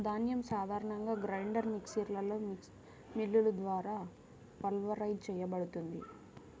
ధాన్యం సాధారణంగా గ్రైండర్ మిక్సర్లో మిల్లులు ద్వారా పల్వరైజ్ చేయబడుతుంది